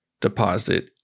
deposit